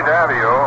Davio